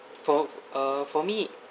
for uh for me